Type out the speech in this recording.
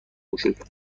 گشود